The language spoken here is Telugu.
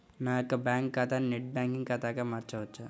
నా యొక్క బ్యాంకు ఖాతాని నెట్ బ్యాంకింగ్ ఖాతాగా మార్చవచ్చా?